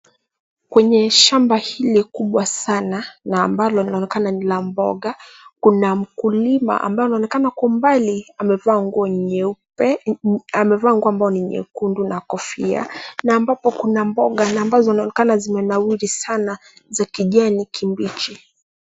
Kwenye shamba hili kubwa sana na ambalo linaonekana ni la mboga kuna mkulima ambaye anaonekana kwa umbali amevaa nguo ambayo ni nyekundu na kofia na ambapo kuna mboga na ambazo zinaonekana zinanawiri sana za kijani kibichi.